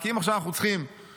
כי אם עכשיו אנחנו צריכים חטיבת